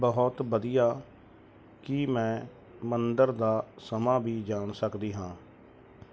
ਬਹੁਤ ਵਧੀਆ ਕੀ ਮੈਂ ਮੰਦਰ ਦਾ ਸਮਾਂ ਵੀ ਜਾਣ ਸਕਦੀ ਹਾਂ